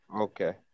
Okay